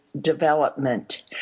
development